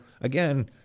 again